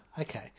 okay